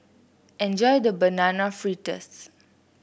enjoy your Banana Fritters